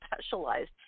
specialized